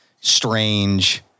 strange